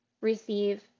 receive